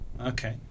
Okay